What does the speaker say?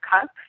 CUP